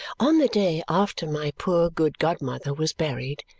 on the day after my poor good godmother was buried,